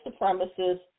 supremacists